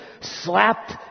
slapped